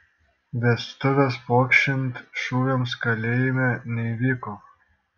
vestuvės pokšint šūviams kalėjime neįvyko